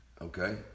Okay